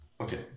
Okay